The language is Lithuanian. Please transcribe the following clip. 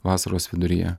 vasaros viduryje